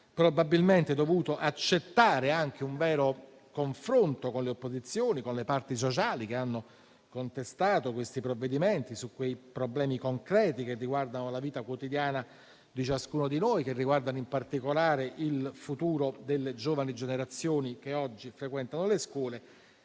probabilmente dovuto accettare anche un vero confronto con le opposizioni e con le parti sociali, che hanno contestato questi provvedimenti su quei problemi concreti che riguardano la vita quotidiana di ciascuno di noi e, in particolare, il futuro delle giovani generazioni che oggi frequentano le scuole.